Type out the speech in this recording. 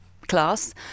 class